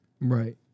Right